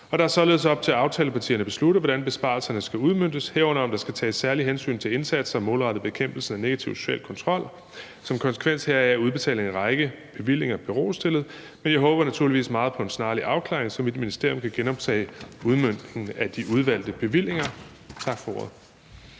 og det er således op til aftalepartierne at beslutte, hvordan besparelserne skal udmøntes, herunder om der skal tages særlige hensyn til indsatser målrettet bekæmpelse af negativ social kontrol. Som konsekvens heraf er udbetalinger af en række bevillinger berostillet, men jeg håber naturligvis meget på en snarlig afklaring, så mit ministerium kan genoptage udmøntningen af de udvalgte bevillinger. Tak for ordet.